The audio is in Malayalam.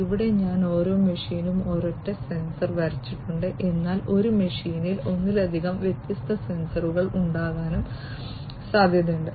ഇവിടെ ഞാൻ ഓരോ മെഷീനും ഒരൊറ്റ സെൻസർ വരച്ചിട്ടുണ്ട് എന്നാൽ ഒരു മെഷീനിൽ ഒന്നിലധികം വ്യത്യസ്ത സെൻസറുകൾ ഉണ്ടാകാനും സാധ്യതയുണ്ട്